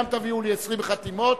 תביאו לי 20 חתימות.